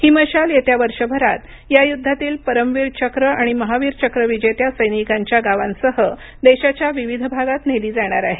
ही मशाल येत्या वर्षभरात या युद्धातील परमवीर चक्र आणि महावीर चक्र विजत्या सैनिकांच्या गावांसह देशाच्या विविध भागात नेली जाणार आहे